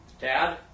Dad